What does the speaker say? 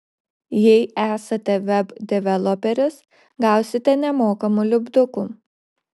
jei esate web developeris gausite nemokamų lipdukų